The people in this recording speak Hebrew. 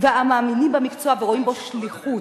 המאמינים במקצוע ורואים בו שליחות.